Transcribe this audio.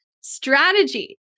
strategy